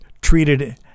treated